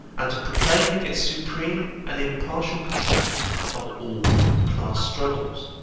and of proclaiming its supreme and impartial contempt of all class struggles.